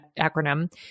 acronym